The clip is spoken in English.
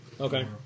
Okay